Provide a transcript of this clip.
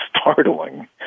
startling